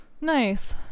nice